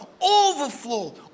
Overflow